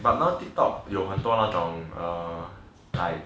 but now Tiktok 有很多那种 err like